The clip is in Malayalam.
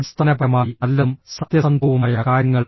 അടിസ്ഥാനപരമായി നല്ലതും സത്യസന്ധവുമായ കാര്യങ്ങൾ